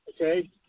Okay